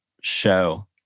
show